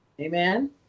Amen